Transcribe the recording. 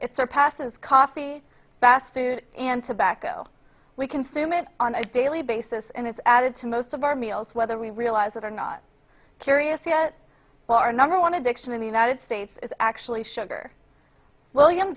it surpasses coffee fast food and tobacco we consume it on a daily basis and it's added to most of our meals whether we realize it or not curious yet our number one addiction in the united states is actually sugar william